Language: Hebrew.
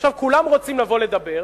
עכשיו, כולם רוצים לבוא לדבר,